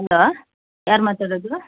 hello ಯಾರು ಮಾತಾಡೋದು